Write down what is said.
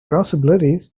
possibilities